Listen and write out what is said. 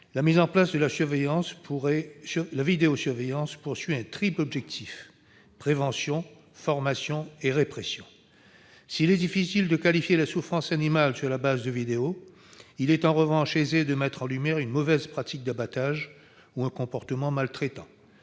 La mise en place de la vidéosurveillance poursuit un triple objectif : la prévention, la formation et la répression. S'il est difficile de qualifier la souffrance animale sur la base de vidéos, il est en revanche aisé de mettre en lumière une mauvaise pratique d'abattage ou un comportement maltraitant.